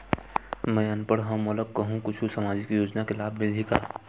मैं अनपढ़ हाव मोला कुछ कहूं सामाजिक योजना के लाभ मिलही का?